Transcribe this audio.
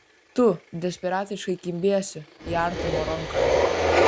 tu desperatiškai kimbiesi į artimo ranką